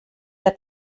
der